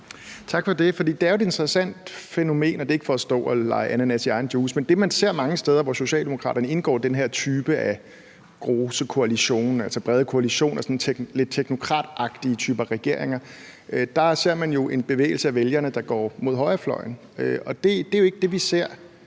Tak for det. For det er jo et interessant fænomen, og det er ikke for at stå og lege ananas i egen juice. Men det, man ser mange steder, hvor socialdemokraterne indgår den her type af große Koalitionen , altså brede koalitioner, sådan lidt teknokratagtige typer regeringer, er jo en bevægelse af vælgerne, der går mod højrefløjen. Og det er ikke det, vi ser